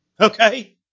okay